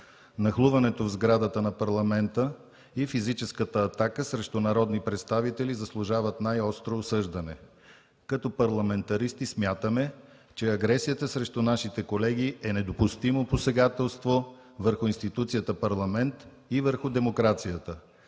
Нахлуването в сградата на парламента и физическата атака срещу народни представители заслужават най-остро осъждане. Като парламентаристи смятаме, че агресията срещу нашите колеги е недопустимо посегателство върху институцията Парламент и върху демокрацията.